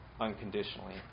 unconditionally